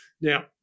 Now